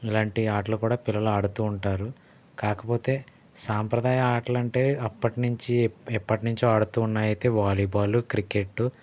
ఇలాంటి ఆటలు కూడా పిల్లలు ఆడుతూ ఉంటారు కాకపోతే సాంప్రదాయ ఆటలంటే అప్పట్నుంచి ఎప్పట్నుంచో ఆడుతూ ఉన్నవైతే వాలీబాలు క్రికెట్టు